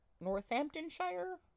Northamptonshire